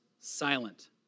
silent